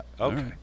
Okay